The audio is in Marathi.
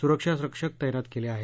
सुरक्षा रक्षक तैनात केले आहेत